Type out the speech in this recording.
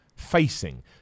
facing